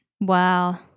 Wow